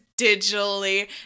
digitally